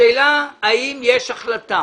השאלה היא האם יש החלטה